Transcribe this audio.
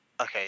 Okay